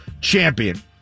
champion